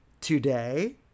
today